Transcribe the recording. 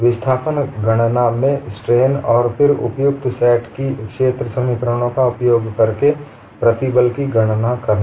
विस्थापन गणना से स्ट्रेन और फिरउपयुक्त सेट की क्षेत्र समीकरणों का उपयोग करके प्रतिबल की गणना करना